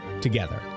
together